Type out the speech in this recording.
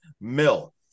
Mill